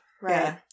Right